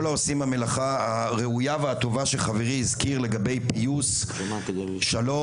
העוסקים במלאכה הראויה והטובה שחברי הזכיר לגבי פיוס ושלום,